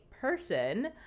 person